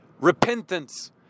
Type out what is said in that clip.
Repentance